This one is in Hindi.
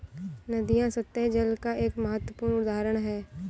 नदियां सत्तह जल का एक महत्वपूर्ण उदाहरण है